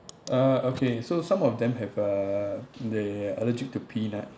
uh okay so some of them have uh they're allergic to peanuts